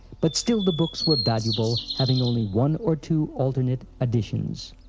but still the books were valuable having only one or two alternate editions.